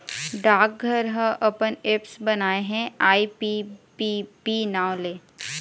डाकघर ह अपन ऐप्स बनाए हे आई.पी.पी.बी नांव ले